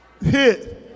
hit